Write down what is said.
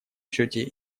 счете